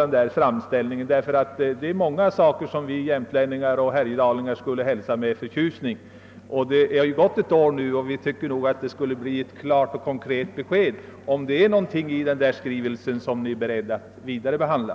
en granskning; i den föreslås många saker som vi jämtlänningar och härjedalingar skulle hälsa med förtjusning. Det har ju gått ett år nu, och vi tycker nog att vi kunde få ett klart besked huruvida det är något förslag i skrivelsen som ni är beredda att utveckla vidare.